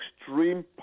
extreme